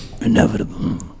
Inevitable